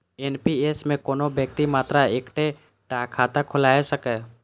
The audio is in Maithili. एन.पी.एस मे कोनो व्यक्ति मात्र एक्के टा खाता खोलाए सकैए